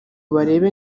barebe